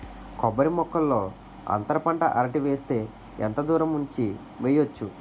కొబ్బరి మొక్కల్లో అంతర పంట అరటి వేస్తే ఎంత దూరం ఉంచి వెయ్యొచ్చు?